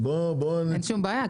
אין שום בעיה.